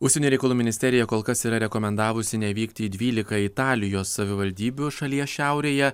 užsienio reikalų ministerija kol kas yra rekomendavusi nevykti į dvylika italijos savivaldybių šalies šiaurėje